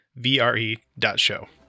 vre.show